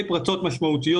מבחינת השדר לשוק.